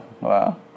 wow